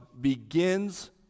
begins